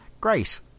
great